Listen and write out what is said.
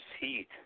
heat